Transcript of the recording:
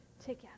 together